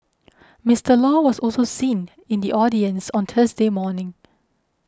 Mister Law was also seen in the audience on Thursday morning